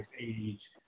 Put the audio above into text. age